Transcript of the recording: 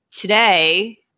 Today